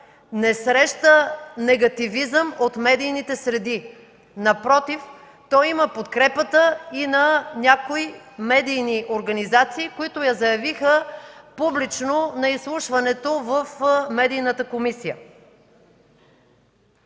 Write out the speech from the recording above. не среща негативизъм от медийните среди, напротив – той има подкрепата и на някои медийни организации, които я заявиха публично на изслушването в Медийната комисия.